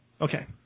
Okay